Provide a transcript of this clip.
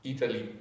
Italy